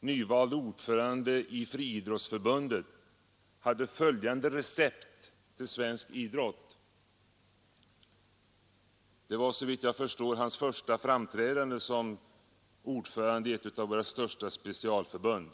nyvald ordförande i Friidrottsförbundet, gav ett recept till svensk idrott. Det var såvitt jag förstår hans första framträdande som ordförande i ett av våra största specialförbund.